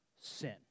sin